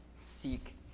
seek